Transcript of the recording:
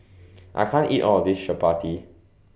I can't eat All of This Chappati